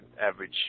average